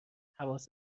حواست